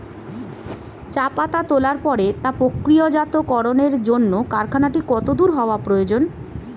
চা পাতা তোলার পরে তা প্রক্রিয়াজাতকরণের জন্য কারখানাটি কত দূর হওয়ার প্রয়োজন?